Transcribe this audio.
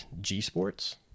G-Sports